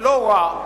לא רע,